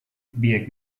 biek